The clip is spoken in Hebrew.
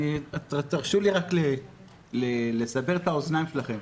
תרשו לי לסבר את אוזניכם.